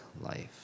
life